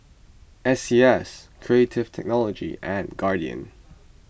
S C S Creative Technology and Guardian